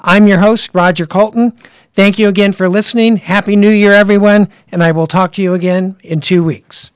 i'm your host roger colton thank you again for listening happy new year everyone and i will talk to you again in two weeks